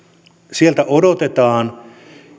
sieltä odotetaan